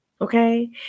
Okay